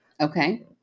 Okay